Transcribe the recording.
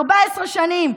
14 שנים,